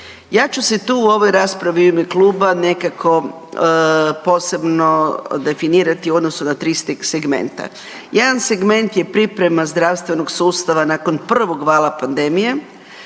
Ja ću se u ovoj raspravi u ime kluba nekako posebno definirati u odnosu na tri segmenta. Jedan segment je priprema zdravstvenog sustava nakon prvog vala pandemije,